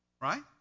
right